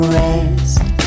rest